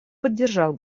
поддержал